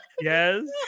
yes